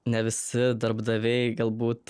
ne visi darbdaviai galbūt